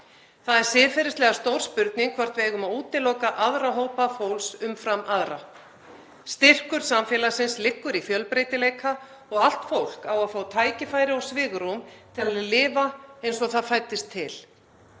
Það er siðferðislega stór spurning hvort við eigum að útiloka aðra hópa fólks umfram aðra. Styrkur samfélagsins liggur í fjölbreytileika og allt fólk á að fá tækifæri og svigrúm til að lifa eins og það fæddist til.